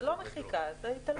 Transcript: זה לא מחיקה, זה התעלמות.